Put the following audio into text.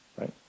right